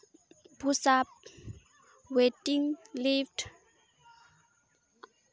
ᱵᱷᱩᱥᱟᱯ ᱳᱭᱮᱴᱤᱝ ᱞᱤᱯᱷᱴ